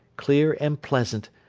clear, and pleasant,